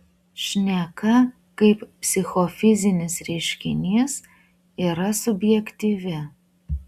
šneka kaip psichofizinis reiškinys yra subjektyvi